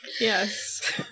yes